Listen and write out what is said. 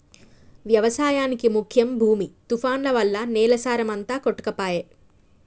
వ్యవసాయానికి ముఖ్యం భూమి తుఫాన్లు వల్ల నేల సారం అంత కొట్టుకపాయె